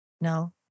No